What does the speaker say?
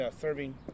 serving